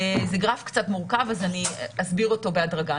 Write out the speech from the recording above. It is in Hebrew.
זה גרף קצת מורכב, אז אני אסביר אותו בהדרגה.